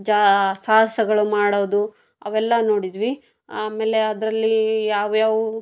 ಜಾ ಸಾಹಸಗಳು ಮಾಡೋದು ಅವೆಲ್ಲ ನೋಡಿದೀವಿ ಆಮೇಲೆ ಅದರಲ್ಲಿ ಯಾವ್ಯಾವುವು